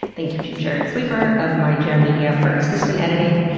thank you to jarrett sleeper of mindjam media for assistant editing,